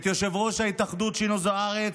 את יושב-ראש ההתאחדות שינו זוארץ,